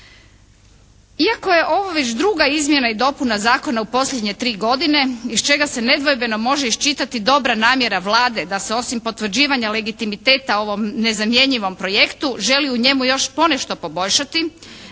Iako je ovo već druga izmjena i dopuna zakona u posljednje tri godine iz čega se nedvojbeno može iščitati dobra namjera Vlade da se osim potvrđivanja legitimiteta ovom nezamjenjivom projektu želi u njemu još ponešto poboljšati,